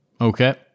okay